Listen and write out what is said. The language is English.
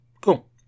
Cool